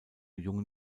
jungen